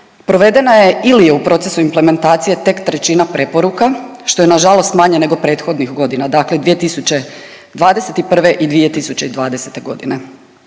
provedeno je ili je u procesu implementacije tek trećina preporuka što je nažalost manje nego prethodnih godina, dakle 2021. i 2020. godine.